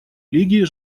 лиги